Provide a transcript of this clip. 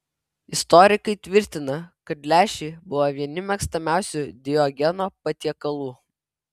istorikai tvirtina kad lęšiai buvo vieni mėgstamiausių diogeno patiekalų